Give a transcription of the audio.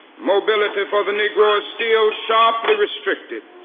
mobility for the negro is still sharply restricted.